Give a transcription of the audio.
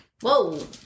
Whoa